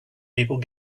people